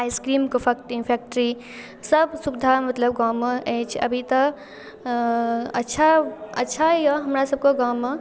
आइसक्रीमके factory सब सुविधा मतलब गाममे अछि अभी तक अच्छा अच्छा अइ हमरासबके गाममे